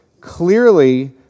clearly